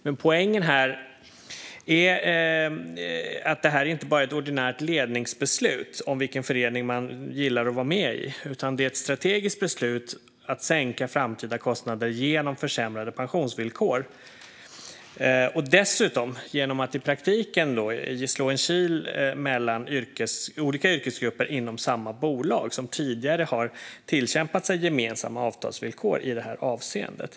Men poängen här är att detta inte bara är ett ordinärt ledningsbeslut om vilken förening man gillar att vara med i utan ett strategiskt beslut för att sänka framtida kostnader genom försämrade pensionsvillkor och dessutom genom att i praktiken slå in en kil mellan olika yrkesgrupper inom samma bolag som tidigare har tillkämpat sig gemensamma avtalsvillkor i det här avseendet.